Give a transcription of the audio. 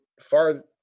far